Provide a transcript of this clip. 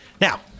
Now